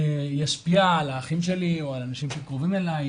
והיו אומרים לי שזה ישפיע על האחים שלי או על אנשים שקרובים אלי,